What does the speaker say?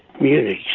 Munich